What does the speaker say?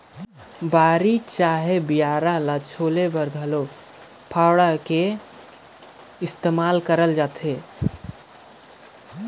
कोठार चहे बियारा ल छोले बर घलो कुदारी कर उपियोग करल जाथे